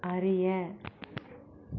அறிய